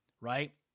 right